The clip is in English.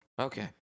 Okay